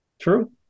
True